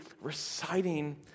reciting